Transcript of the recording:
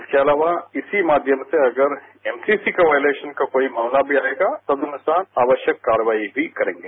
इसके अलावा इसी माध्यम से अगर एमसीसी के वायलेशन का कोई मामला भी आएगा तदनुसार आवश्यक कार्रवाई भी करेंगे